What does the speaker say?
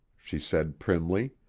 she said primly.